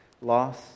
loss